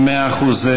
מאה אחוז.